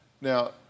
Now